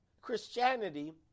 Christianity